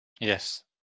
Yes